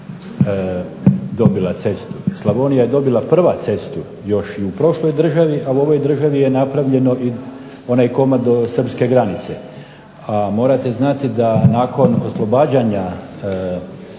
Slavonija je dobila prva cestu još i u prošloj državi, a u ovoj državi je napravljeno i onaj komad do srpske granice. A morate znati da nakon oslobađanja